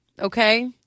okay